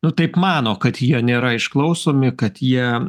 nu taip mano kad jie nėra išklausomi kad jie